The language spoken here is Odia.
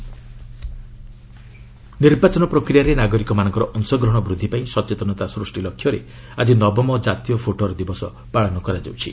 ନ୍ୟାସନାଲ୍ ଭୋଟର୍ସ ଡେ ନିର୍ବାଚନ ପ୍ରକ୍ରିୟାରେ ନାଗରିକମାନଙ୍କ ଅଂଶ ଗ୍ରହଣ ବୃଦ୍ଧି ପାଇଁ ସଚେତନତା ସୃଷ୍ଟି ଲକ୍ଷ୍ୟରେ ଆଜି ନବମ ଜାତୀୟ ଭୋଟର ଦିବସ ପାଳନ କରାଯାଉଛି